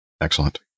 Excellent